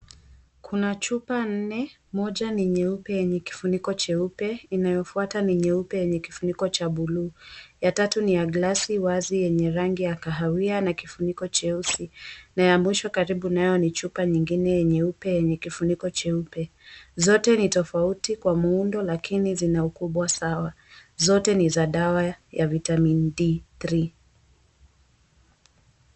Kuna chupa nne, moja ni nyeupe yenye kifuniko cheupe, inayofuata ni nyeupe yenye kifuniko cha buluu. Ya tatu ni ya gilasi wazi yenye rangi ya kahawia na kifuniko cheusi na ya mwisho karibu na yo ni chupa nyingine nyeupe yenye kifuniko cheupe. Zote ni tofauti kwa muundo lakini zina ukubwa sawa, zote ni za dawa ya, Vitamin D 3.